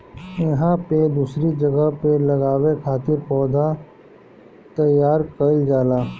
इहां पे दूसरी जगह पे लगावे खातिर पौधा तईयार कईल जाला